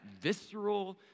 visceral